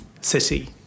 city